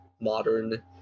modern